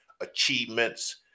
achievements